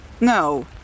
No